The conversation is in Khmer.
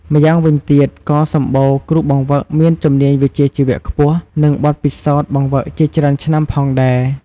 ម្យ៉ាងវិញទៀតក៏សម្បូរ គ្រូបង្វឹកមានជំនាញវិជ្ជាជីវៈខ្ពស់ និងបទពិសោធន៍បង្វឹកជាច្រើនឆ្នាំផងដែរ។